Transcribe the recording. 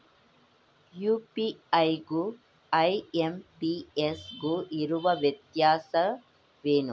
UPI ಗು IMPS ಗು ಇರುವ ವ್ಯತ್ಯಾಸವೇನು?